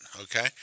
okay